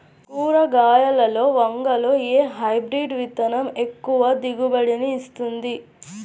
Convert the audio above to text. కూరగాయలలో వంగలో ఏ హైబ్రిడ్ విత్తనం ఎక్కువ దిగుబడిని ఇస్తుంది?